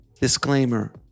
Disclaimer